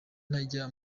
ntajya